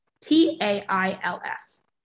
T-A-I-L-S